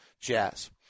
Jazz